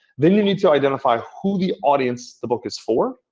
then you need to identify who the audience the book is for.